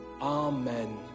Amen